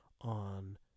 on